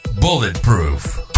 bulletproof